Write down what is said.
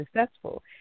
successful